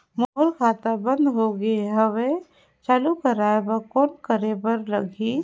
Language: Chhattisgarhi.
मोर खाता बंद हो गे हवय चालू कराय बर कौन करे बर लगही?